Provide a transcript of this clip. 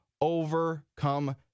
overcome